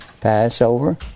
Passover